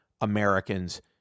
Americans